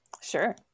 sure